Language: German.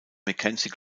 mackenzie